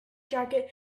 jacket